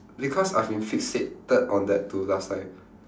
because I've been fixated on that to last time